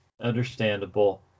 understandable